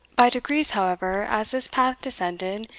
by degrees, however, as this path descended,